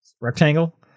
rectangle